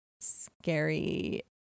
scary